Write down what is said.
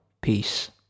Peace